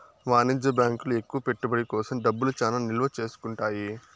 వాణిజ్య బ్యాంకులు ఎక్కువ పెట్టుబడి కోసం డబ్బులు చానా నిల్వ చేసుకుంటాయి